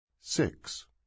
Six